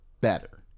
better